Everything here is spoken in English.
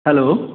hello